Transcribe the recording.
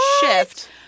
shift